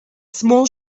small